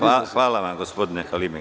Hvala vam gospodine Halimi.